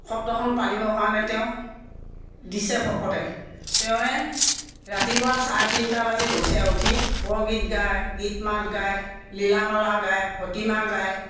সত্ৰখন পালিবৰ কাৰণে তেওঁক দিছে ভকতে তেওঁৱে ৰাতিপুৱা চাৰে তিনটা বজাত উঠে উঠি বৰগীত গায় গীত মাত গায় লীলা মালা গায় ভতিমা গায়